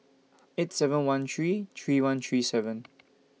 eight seven one three three one three seven